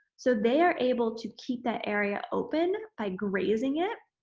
so, they are able to keep that area open by grazing it